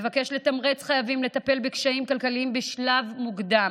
ומבקש לתמרץ חייבים לטפל בקשיים כלכליים בשלב מוקדם,